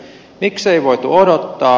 miksei voitu odottaa